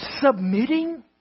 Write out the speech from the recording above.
submitting